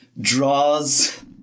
draws